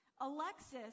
Alexis